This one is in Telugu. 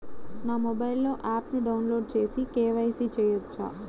నా మొబైల్లో ఆప్ను డౌన్లోడ్ చేసి కే.వై.సి చేయచ్చా?